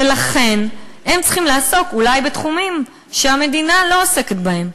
ולכן הם צריכים לעסוק אולי בתחומים שהמדינה לא עוסקת בהם,